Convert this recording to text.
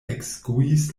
ekskuis